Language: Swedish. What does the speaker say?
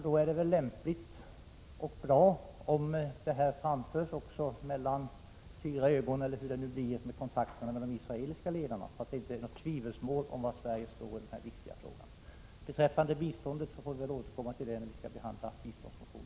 Då är det väl lämpligt att också framföra detta så att säga mellan fyra ögon — eller hur man nu tar kontakt med de israeliska ledarna — så att det inte råder något tvivel om var Sverige står i den här viktiga frågan. Sedan beträffande biståndet: Vi får väl återkomma till den frågan när vi skall behandla biståndet.